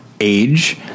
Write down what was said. age